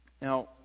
Now